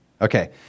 Okay